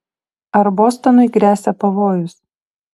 ar bostonui gresia pavojus